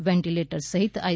ventilator સહિત I